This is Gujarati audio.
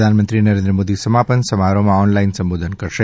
પ્રધાનમંત્રી નરેન્દ્ર મોદી સમાપન સમારોહમાં ઓનલાઈન સંબોધન કરશે